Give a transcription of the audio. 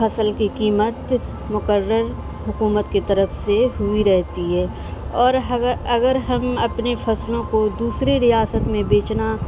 فصل کی قیمت مقرر حکومت کی طرف سے ہوئی رہتی ہے اور اگر ہم اپنی فصلوں کو دوسرے ریاست میں بیچنا